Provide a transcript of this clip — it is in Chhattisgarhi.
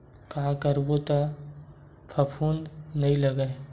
का करबो त फफूंद नहीं लगय?